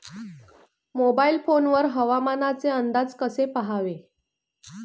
Mobile phone वर हवामानाचे अंदाज कसे पहावे?